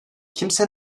kimse